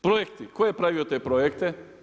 Projekti, tko je pravio te projekte?